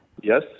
Yes